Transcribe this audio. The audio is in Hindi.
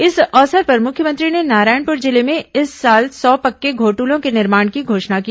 इस अवसर पर मुख्यमंत्री ने नारायणपुर जिले में इस साल सौ पक्के घोट्लों के निर्माण की घोषणा की